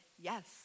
yes